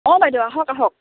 অঁ বাইদেউ আহক আহক